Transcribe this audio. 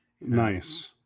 nice